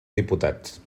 diputats